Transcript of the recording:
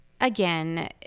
again